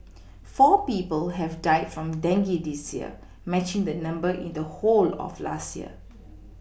four people have died from dengue this year matching the number in the whole of last year